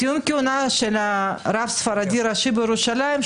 סיום כהונה של הרב הספרדי הראשי בירושלים,